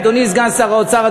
סגן שר האוצר,